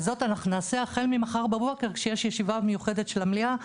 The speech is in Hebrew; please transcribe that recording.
ואת זאת אנחנו נעשה החל ממחר בבוקר כשיש ישיבה מיוחדת של המליאה.